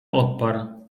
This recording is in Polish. odparł